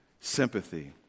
Sympathy